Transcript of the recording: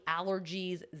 allergies